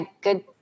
good